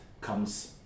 comes